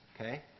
okay